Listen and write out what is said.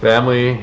Family